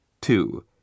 Two